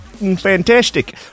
fantastic